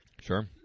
Sure